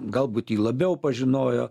galbūt jį labiau pažinojo